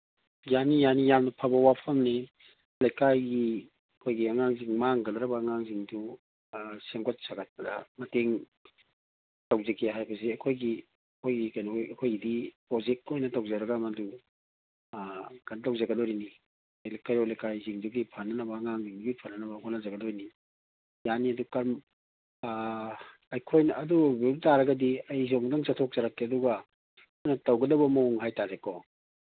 ꯌꯥꯅꯤ ꯌꯥꯅꯤ ꯌꯥꯝ ꯐꯕ ꯋꯥꯐꯝꯅꯤ ꯂꯩꯀꯥꯏꯒꯤ ꯑꯩꯈꯣꯏꯒꯤ ꯑꯉꯥꯡꯁꯤꯡ ꯃꯥꯡꯒ꯭ꯔꯗꯕ ꯑꯉꯥꯡꯁꯤꯡꯕꯨ ꯁꯦꯝꯒꯠ ꯁꯥꯒꯠꯄꯗ ꯃꯇꯦꯡ ꯇꯧꯕꯤꯒꯦ ꯍꯥꯏꯕꯁꯤ ꯑꯩꯈꯣꯏꯒꯤ ꯑꯩꯈꯣꯏ ꯀꯩꯅꯣ ꯑꯩꯈꯣꯏꯒꯤꯗꯤ ꯄ꯭ꯔꯣꯖꯦꯛꯀꯤ ꯑꯣꯏꯅ ꯇꯧꯖꯔꯒ ꯃꯗꯨ ꯀꯩꯅꯣ ꯇꯧꯖꯒꯗꯧꯔꯤꯅꯤ ꯍꯥꯏꯗꯤ ꯀꯩꯔꯣꯜ ꯂꯩꯀꯥꯏꯁꯤꯡꯁꯤꯒꯤ ꯐꯅꯕ ꯑꯉꯥꯡꯁꯤꯡꯁꯤ ꯐꯅꯅꯕ ꯍꯣꯠꯅꯖꯒꯗꯣꯏꯅꯤ ꯌꯥꯅꯤ ꯑꯗꯨ ꯀꯔꯝ ꯑꯩꯈꯣꯏꯅ ꯑꯗꯨ ꯑꯣꯏꯕ ꯇꯥꯔꯒꯗꯤ ꯑꯩꯁꯨ ꯑꯝꯇꯪ ꯆꯠꯊꯣꯛꯆꯔꯛꯀꯦ ꯑꯗꯨꯒ ꯑꯩꯈꯣꯏꯅ ꯇꯧꯒꯗꯕ ꯃꯑꯣꯡ ꯍꯥꯏ ꯇꯥꯔꯦꯀꯣ